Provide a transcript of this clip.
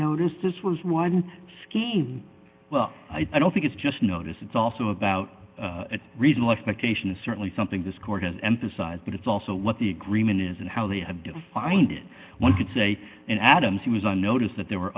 notice this was one scheme well i don't think it's just notice it's also about a reason left by cation is certainly something this court has emphasised but it's also what the agreement is and how they have defined it one could say and adams who was on notice that there were